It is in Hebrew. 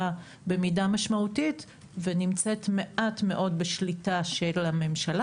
במידה משמעותית ונמצאת מעט מאוד בשליטה של הממשלה.